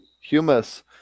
Humus